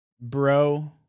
bro